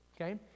okay